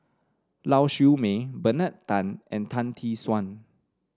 Lau Siew Mei Bernard Tan and Tan Tee Suan